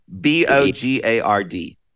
B-O-G-A-R-D